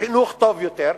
חינוך טוב יותר,